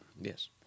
Yes